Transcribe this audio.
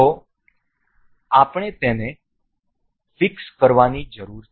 તેથી આપણે તેને ફિક્સ કરવાની જરૂર છે